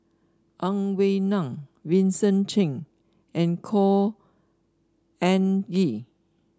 Ang Wei Neng Vincent Cheng and Khor Ean Ghee